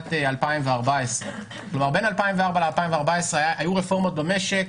משנת 2014. כלומר בין 2004 ל-2014 היו רפורמות במשק,